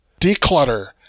Declutter